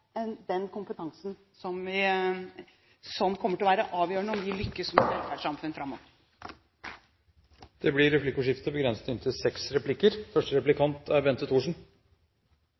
den kompetansen som kommer til å være avgjørende for om vi lykkes med et velferdssamfunn framover. Det blir replikkordskifte.